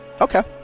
Okay